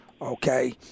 Okay